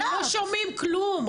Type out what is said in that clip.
אבל לא שומעים כלום,